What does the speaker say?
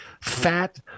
fat